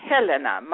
Helena